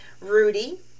Rudy